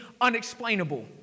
unexplainable